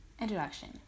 introduction